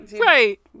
Right